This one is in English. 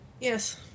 Yes